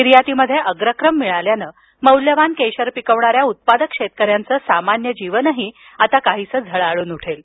निर्यातीमध्ये अग्रक्रम मिळाल्यानं मौल्यवान केशर पिकवणाऱ्या उत्पादक शेतकऱ्यांचं सामान्य जीवनही आता काहीसं झळाळून उठेल